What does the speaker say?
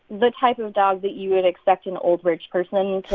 the type of dog that you would expect an old, rich person to